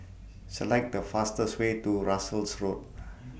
Select The fastest Way to Russels Road